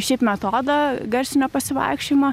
šiaip metodą garsinio pasivaikščiojimo